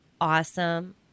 awesome